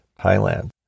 Thailand